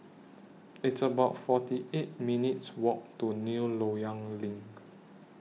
It's about forty eight minutes' Walk to New Loyang LINK